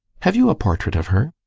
have you a portrait of her?